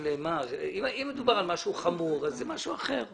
אם מדובר על משהו חמור, זה משהו אחר.